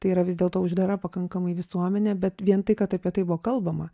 tai yra vis dėlto uždara pakankamai visuomenė bet vien tai kad apie tai buvo kalbama